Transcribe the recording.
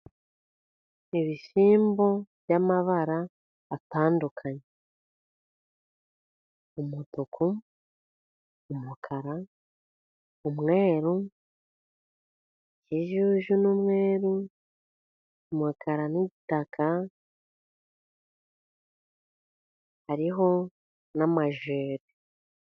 Ibishyimbo by'amabara atandukanye, umutuku, umukara, umweru, ikijuju n'umweru, umukara n'itaka, hariho n'amajeri.